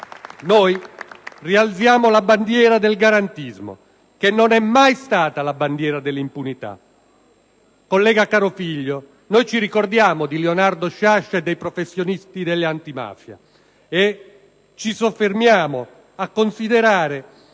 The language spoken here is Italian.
noi rialziamo la bandiera del garantismo, che non è mai stata la bandiera dell'impunità. Collega Carofiglio, noi ci ricordiamo di Leonardo Sciascia e dei professionisti dell'antimafia. E ci soffermiamo a considerare